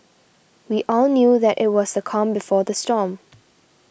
we all knew that it was the calm before the storm